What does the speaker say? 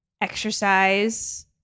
exercise